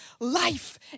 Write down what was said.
life